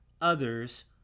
others